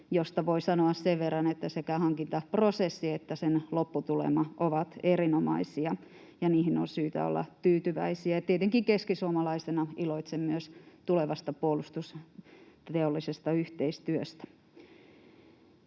josta voi sanoa sen verran, että sekä hankintaprosessi että sen lopputulema ovat erinomaisia ja niihin on syytä olla tyytyväisiä. Tietenkin keskisuomalaisena iloitsen myös tulevasta puolustusteollisesta yhteistyöstä.